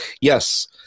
Yes